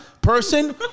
Person